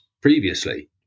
previously